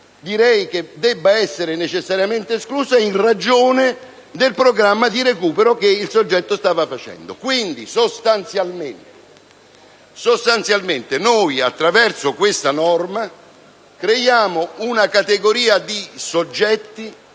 dei reati deve essere necessariamente esclusa in ragione del programma di recupero a cui il soggetto è sottoposto. Sostanzialmente, attraverso questa norma creiamo una categoria di soggetti